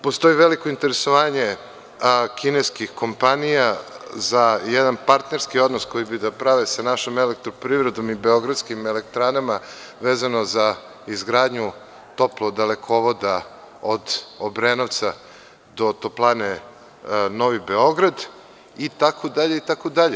Postoji veliko interesovanje kineskih kompanija za jedan partnerski odnos koji bi da prave sa našom elektroprivredom i Beogradskim elektranama vezano za izgradnju toplo-dalekovoda od Obrenovca do Toplane „Novi Beograd“ itd, itd.